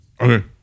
Okay